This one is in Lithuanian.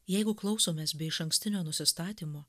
jeigu klausomės be išankstinio nusistatymo